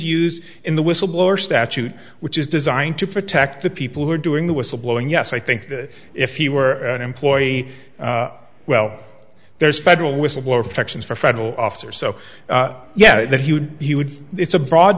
used in the whistleblower statute which is designed to protect the people who are doing the whistleblowing yes i think that if you were an employee well there's federal whistleblower protections for federal officers so yeah that he would he would it's a broad